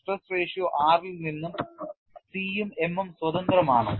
stress ratio R ൽ നിന്ന് C ഉം m ഉം സ്വതന്ത്രമാണോ